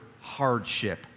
hardship